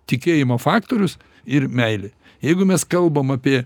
tikėjimo faktorius ir meilė jeigu mes kalbam apie